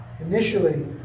initially